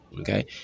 Okay